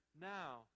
now